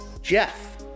Jeff